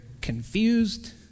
confused